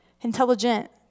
Intelligent